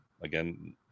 again